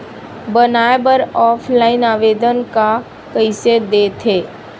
बनाये बर ऑफलाइन आवेदन का कइसे दे थे?